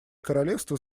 королевство